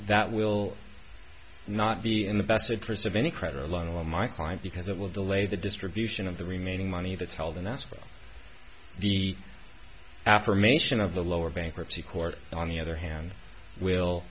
that will not be in the best interest of any credit or loan or my client because it will delay the distribution of the remaining money that's held in that's for the affirmation of the lower bankruptcy court on the other hand will